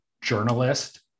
journalist